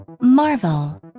Marvel